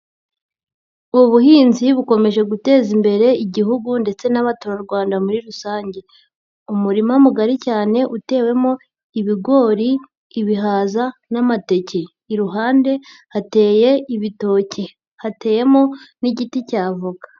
Ubuhinzi bukomeje guteza imbere igihugu ndetse n'abaturarwanda muri rusange, umurima mugari cyane utewemo ibigori, ibihaza n'amateke, iruhande hateye ibitoke, hateyemo n'igiti cy'avoka.